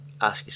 ask